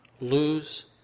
lose